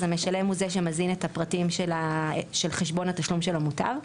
אז המשלם הוא זה שמזין את הפרטים של חשבון התשלום של המוטב,